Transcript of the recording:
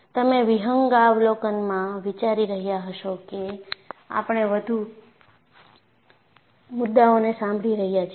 તમે વિહંગાવલોકનમાં વિચારી રહ્યા હશો કે આપણે વધુ મુદ્દાઓને સાંભળી રહ્યા છીએ